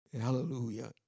Hallelujah